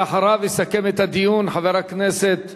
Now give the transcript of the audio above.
לאחריו יסכם את הדיון חבר הכנסת